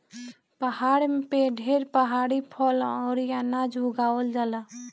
पहाड़ पे ढेर पहाड़ी फल अउरी अनाज उगावल जाला